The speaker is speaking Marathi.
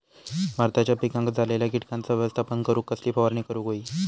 भाताच्या पिकांक झालेल्या किटकांचा व्यवस्थापन करूक कसली फवारणी करूक होई?